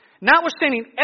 Notwithstanding